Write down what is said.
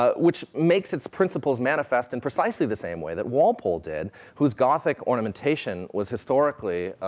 um which makes its principles manifest in precisely the same way that walpole did, whose gothic ornamentation was historically,